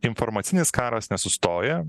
informacinis karas nesustoja